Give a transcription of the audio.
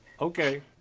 Okay